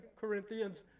Corinthians